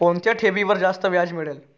कोणत्या ठेवीवर जास्त व्याज मिळेल?